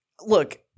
Look